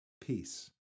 Peace